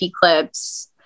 Clips